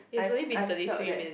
I I felt that